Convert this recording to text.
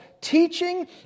teaching